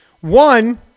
One